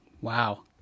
Wow